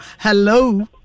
Hello